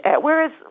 whereas